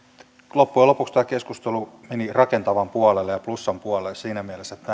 loppujen lopuksi tämä keskustelu meni rakentavan puolelle ja plussan puolelle siinä mielessä että